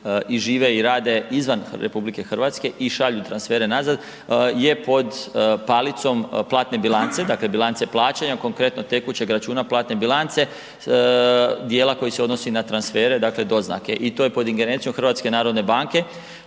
i žive i rade izvan RH i šalju transfere nazad, je pod palicom platne bilance, dakle bilance plaćanja, konkretno tekućeg računa platne bilance, dijela koji se odnosi na transfere, dakle doznake i to je pod ingerencijom HNB-a. Oni,